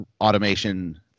automation